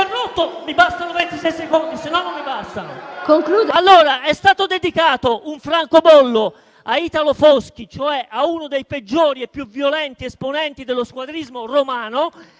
mi bastano, altrimenti non mi bastano. Concludo dicendo che è stato dedicato un francobollo a Italo Foschi, cioè a uno dei peggiori e più violenti esponenti dello squadrismo romano.